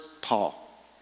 Paul